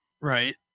Right